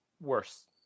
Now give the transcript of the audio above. worse